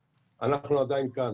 אנחנו עדיין כאן,